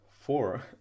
four